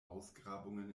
ausgrabungen